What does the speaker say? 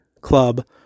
club